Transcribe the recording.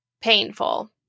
painful